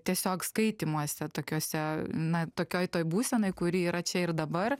tiesiog skaitymuose tokiuose na tokioj toj būsenoj kuri yra čia ir dabar